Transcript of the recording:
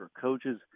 coaches